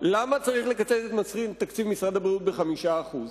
למה צריך לקצץ את תקציב משרד הבריאות ב-5%?